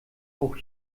auch